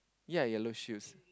ya yellow shoes